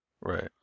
Right